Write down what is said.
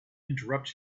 interrupt